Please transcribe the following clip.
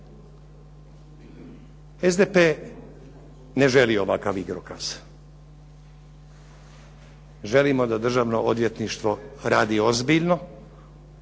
SDP ne želi ovakav igrokaz. Želimo da Državno odvjetništvo radi ozbiljno,